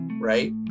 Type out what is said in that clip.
right